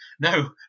No